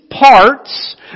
parts